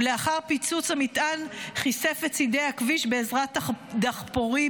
ולאחר פיצוץ המטען חישף את צידי הכביש בעזרת דחפורים